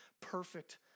perfect